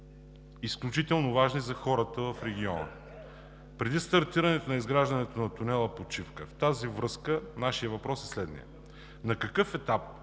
изключително важни за хората в региона. Преди стартирането на изграждането на тунела под Шипка – в тази връзка нашият въпрос е следният: на какъв етап